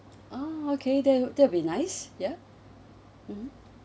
oh okay that~ that will be nice ya mmhmm